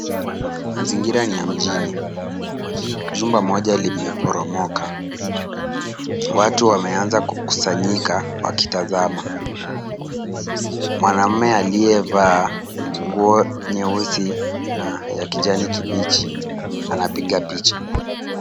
Mazingira ni ya mjini. Jumba moja limeporomoka. Watu wameanza kukusanyika wakitazama. Mwanaume aliyevaa nguo nyeusi na ya kijani kibichi anapiga picha.